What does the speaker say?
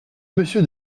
monsieur